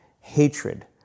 Hatred